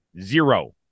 Zero